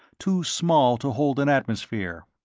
too small to hold an atmosphere.